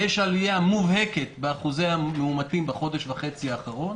יש עלייה מובהקת באחוזי המאומתים בחודש וחצי האחרונים.